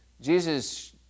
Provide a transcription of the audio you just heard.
Jesus